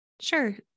Sure